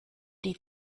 die